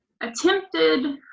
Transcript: attempted